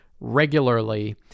regularly